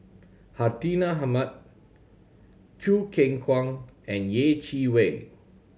Hartinah Ahmad Choo Keng Kwang and Yeh Chi Wei